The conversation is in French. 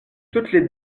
toutes